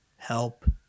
Help